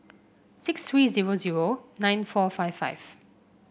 six three zero zero nine four five five